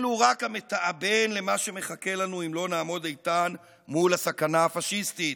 אלו רק המתאבן למה שמחכה לנו אם לא נעמוד איתן מול הסכנה הפשיסטית.